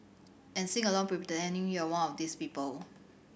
and sing along pretending you're one of these people